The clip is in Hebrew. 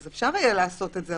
אז אפשר יהיה לעשות את זה.